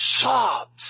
sobs